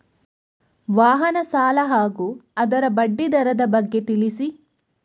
ವಾಹನ ಸಾಲ ಹಾಗೂ ಅದರ ಬಡ್ಡಿ ದರದ ಬಗ್ಗೆ ತಿಳಿಸಿ?